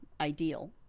ideal